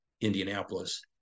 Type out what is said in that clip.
Indianapolis